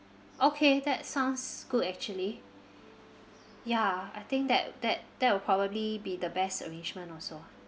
okay that sounds good actually ya I think that that that would probably be the best arrangement also lah